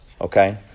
Okay